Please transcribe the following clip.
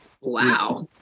wow